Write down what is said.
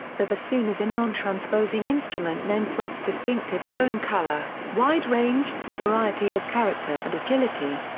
the bassoon is a non-transposing instrument known for its distinctive tone color, wide range, variety of character and agility.